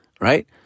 right